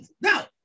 now